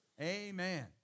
amen